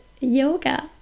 yoga